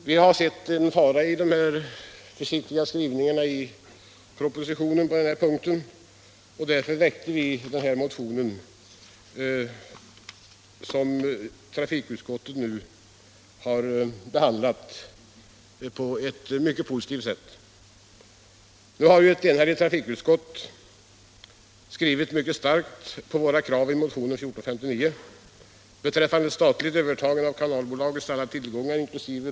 Vi har sett en fara i dessa försiktiga skrivningar på denna punkt i propositionen och därför väckt motionen 1459, vilken trafikutskottet har behandlat på ett mycket positivt sätt. Ett enigt trafikutskott har mycket starkt strukit under våra krav i motionen beträffande statligt övertagande av kanalbolagets alla tillgångar inkl.